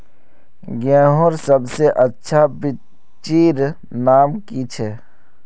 गेहूँर सबसे अच्छा बिच्चीर नाम की छे?